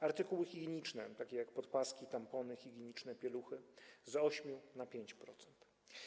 Artykuły higieniczne, takie jak podpaski, tampony higieniczne, pieluchy - z 8% na 5%.